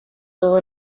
todo